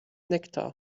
nektar